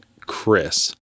Chris